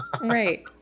Right